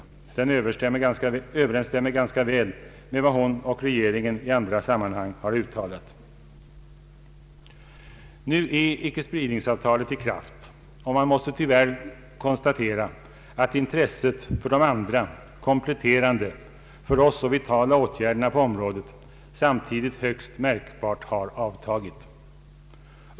Den överensstämmer ganska väl med vad hon och regeringen i andra sammanhang har uttalat. Nu är icke-spridningsavtalet i kraft och man måste tyvärr konstatera att intresset för de andra, kompletterande, för oss så vitala åtgärderna på området samtidigt högst märkbart har avtagit.